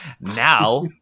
Now